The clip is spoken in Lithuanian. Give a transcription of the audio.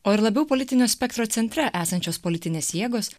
o ir labiau politinio spektro centre esančios politinės jėgos